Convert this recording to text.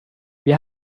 wir